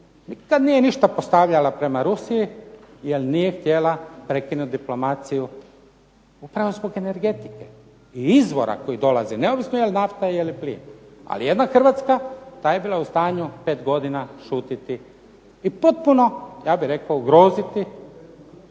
nikad nije ništa postavljala prema Rusiji, jer nije htjela prekinuti diplomaciju upravo zbog energetike i izvora koji dolaze, neovisno je li nafta i je li plin, ali jedna Hrvatska ta je bila u stanju 5 godina šutiti i potpuno ja bih rekao ugroziti